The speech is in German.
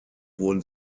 wurden